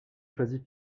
choisit